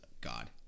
god